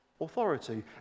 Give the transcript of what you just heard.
authority